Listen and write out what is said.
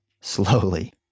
slowly